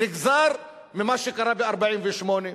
נגזר ממה שקרה ב-1948,